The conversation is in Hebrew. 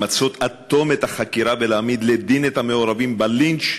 למצות עד תום את החקירה ולהעמיד לדין את המעורבים בלינץ'